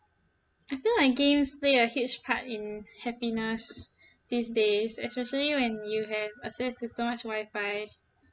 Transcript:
I feel like games play a huge part in happiness these days especially when you have access to so much wifi